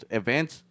events